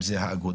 אם זו האגודה,